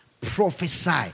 prophesy